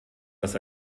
das